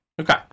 Okay